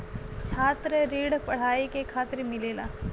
छात्र ऋण पढ़ाई के खातिर मिलेला